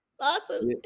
Awesome